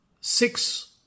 six